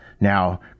Now